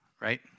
Right